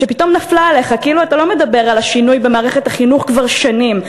שפתאום נפלה עליך כאילו אתה לא מדבר על השינוי במערכת החינוך כבר שנים,